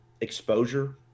exposure